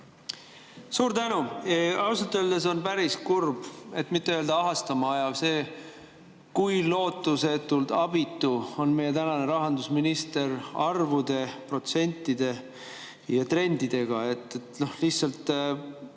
Suur tänu! Ausalt öeldes on päris kurb, et mitte öelda ahastama ajav see, kui lootusetult abitu on praegune rahandusminister arvude, protsentide ja trendidega. Lihtsalt